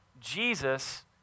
Jesus